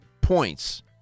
points